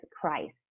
Christ